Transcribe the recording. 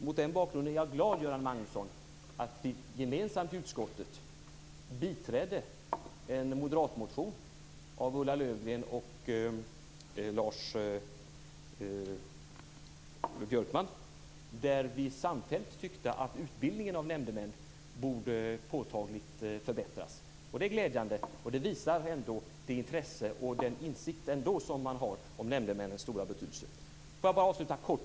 Mot den bakgrunden är jag glad, Göran Magnusson, att vi gemensamt i utskottet biträdde en moderatmotion av Ulla Löfgren och Lars Björkman där vi samfällt tyckte att utbildningen av nämndemän påtagligt borde förbättras. Det är glädjande. Det visar det intresse och den insikt som man ändå har om nämndemännens stora betydelse. Får jag avsluta kort...